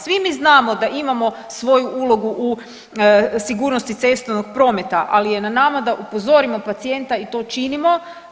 Svi mi znamo da imamo svoju ulogu u sigurnosti cestovnog prometa, ali je na nama da upozorimo pacijenta i to činimo.